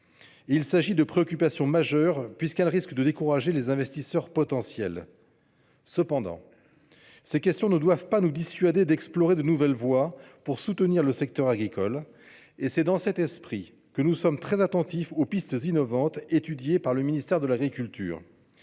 Il s’agit de préoccupations majeures, en ce qu’elles risquent de décourager les investisseurs potentiels. Cependant, ces questions ne doivent pas nous dissuader d’explorer de nouvelles voies pour soutenir le secteur agricole. C’est dans cet esprit que nous sommes très attentifs aux pistes innovantes étudiées par le ministère de l’agriculture.